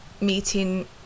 meeting